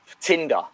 Tinder